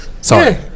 Sorry